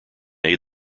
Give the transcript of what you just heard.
aid